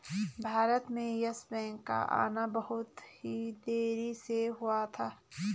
भारत में Yes Bank का आना बहुत ही देरी से हुआ था